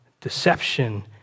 deception